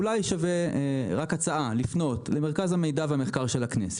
אולי שווה לפנות למרכז המחקר והמידע של הכנסת.